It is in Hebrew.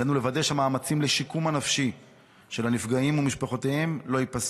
עלינו לוודא שהמאמצים לשיקום הנפשי של הנפגעים ומשפחותיהם לא ייפסקו.